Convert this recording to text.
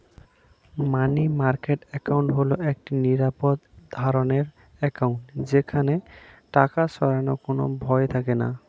মানি market account হল একটি নিরাপদ ধরনের অ্যাকাউন্ট যেখানে টাকা হারানোর কোনো ভয় থাকেনা